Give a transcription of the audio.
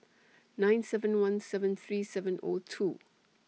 nine seven one seven three seven O two